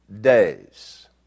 days